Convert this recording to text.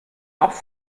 auch